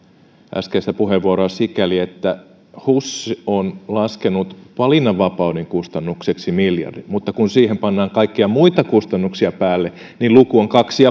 äskeistä puheenvuoroa sikäli että hus on laskenut valinnanvapauden kustannukseksi miljardin mutta kun siihen pannaan kaikkia muita kustannuksia päälle niin luku on kaksi